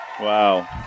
Wow